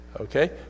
okay